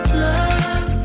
love